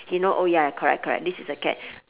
you know oh ya correct correct this is a cat